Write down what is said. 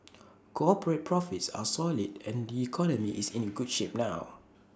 cooporate profits are solid and the economy is in good shape now